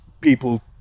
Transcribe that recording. people